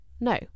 No